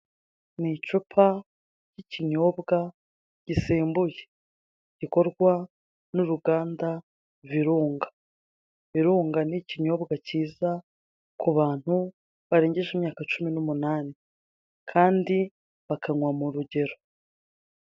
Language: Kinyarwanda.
Ni icupa ry'ikinyobwa gisembuye, gikorwa n'uruganda virunga. Virunga ni ikinyobwa kiza kubantu barengeje imyaka cumi n'umunani, kandi bakanywa murugero.